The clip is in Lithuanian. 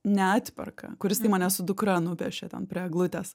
neatperka kuris tai mane su dukra nupiešė ten prie eglutės